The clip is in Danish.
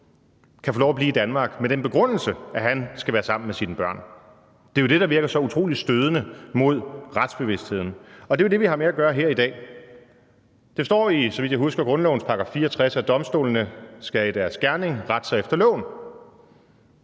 kan få lov at blive i Danmark med den begrundelse, at han skal være sammen med sine børn? Det er jo det, der virker så utrolig stødende for retsbevidstheden, og det er jo det, vi har med at gøre her i dag. Der står, så vidt jeg husker, i grundlovens § 64, at domstolene i deres gerning skal rette sig efter loven.